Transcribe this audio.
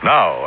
Now